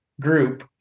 group